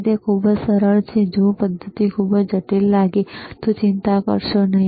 તે ખૂબ જ સરળ છે જો પધ્ધતિ ખૂબ જ જટિલ લાગે તો ચિંતા કરશો નહીં